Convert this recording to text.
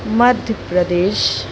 Madhya Pradesh